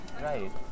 Right